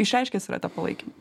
išreiškęs yra tą palaikymą